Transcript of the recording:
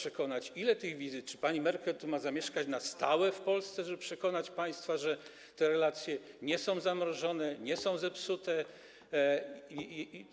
Ile ma być tych wizyt, czy pani Merkel ma zamieszkać na stałe w Polsce, żeby przekonać państwa, że te relacje nie są zamrożone, nie są zepsute?